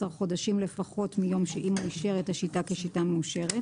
חודשים לפחות מיום שאימ"ו אישר את השיטה כשיטה מאושרת,